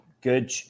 Good